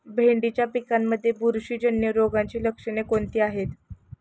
भेंडीच्या पिकांमध्ये बुरशीजन्य रोगाची लक्षणे कोणती आहेत?